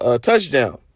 touchdown